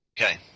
Okay